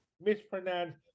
Mispronounced